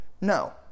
No